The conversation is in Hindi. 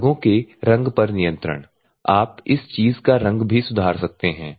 भागों के रंग पर नियंत्रण आप इस चीज़ का रंग भी सुधार सकते हैं